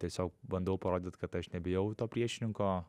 tiesiog bandau parodyt kad aš nebijau to priešininko